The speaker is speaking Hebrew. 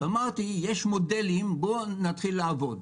אמרתי: יש מודלים, בואו נתחיל לעבוד.